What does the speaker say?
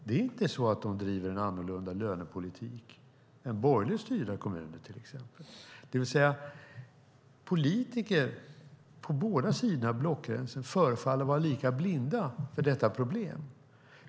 Det är inte så att de driver en annorlunda lönepolitik än borgerligt styrda kommuner. Politiker på båda sidor av blockgränsen förefaller vara lika blinda för detta problem.